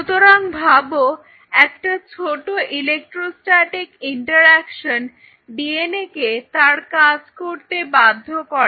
সুতরাং ভাবোএকটা ছোট ইলেকট্রোস্ট্যাটিক ইন্টারেকশন ডিএনএ কে তার কাজ করতে বাধ্য করে